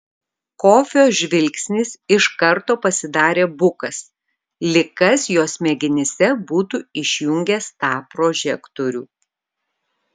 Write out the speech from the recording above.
kofio žvilgsnis iš karto pasidarė bukas lyg kas jo smegenyse būtų išjungęs tą prožektorių